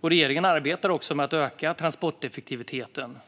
Regeringen arbetar också med att öka transporteffektiviteten.